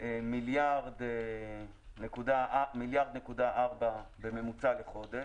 1.4 מיליארד בממוצע לחודש.